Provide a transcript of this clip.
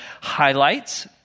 highlights